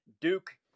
duke